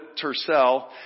Tercel